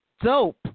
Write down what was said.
dope